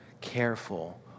careful